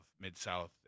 Mid-South